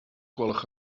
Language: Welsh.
gwelwch